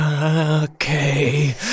okay